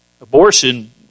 Abortion